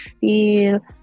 feel